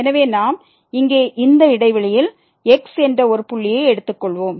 எனவே நாம் இங்கே இந்த இடைவெளியில் x என்ற ஒரு புள்ளியை எடுத்துக் கொள்வோம்